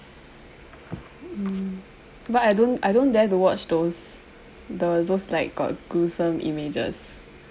mm but I don't I don't dare to watch those the those like got gruesome images